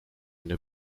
une